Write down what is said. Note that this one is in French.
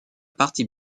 partie